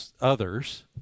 others